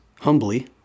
humbly